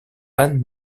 anne